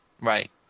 Right